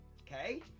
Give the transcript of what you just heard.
okay